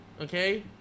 Okay